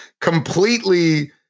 completely